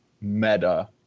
meta